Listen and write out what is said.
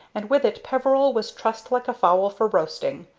and with it peveril was trussed like a fowl for roasting.